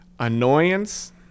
Annoyance